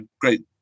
great